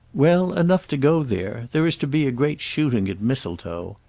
well enough to go there. there is to be a great shooting at mistletoe,